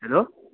hello